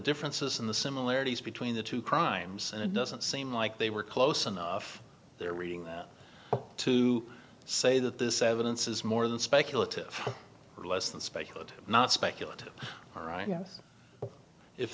differences in the similarities between the two crimes and it doesn't seem like they were close enough they're reading to say that this evidence is more than speculative or less than speculative not speculative right